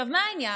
מה העניין?